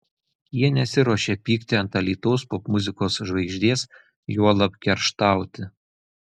jie nesiruošia pykti ant alytaus popmuzikos žvaigždės juolab kerštauti